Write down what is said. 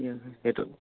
দিয়া হয় সেইটো